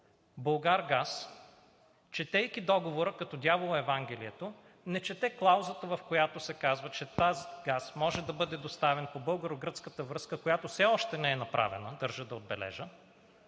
„Булгаргаз“, четейки договора като дявола евангелието, не чете клаузата, в която се казва, че този газ може да бъде доставен по българо-гръцката връзка, която все още не е направена? Държа да отбележа,